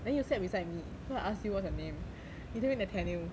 then you sat beside me so I ask you what's your name you tell me nathanel